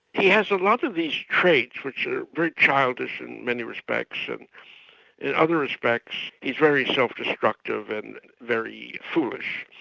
he has a lot of these traits which are very childish in many respects. and in other respects, he's very self-destructive and very foolish.